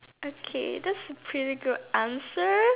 okay that's a pretty good answer